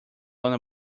learn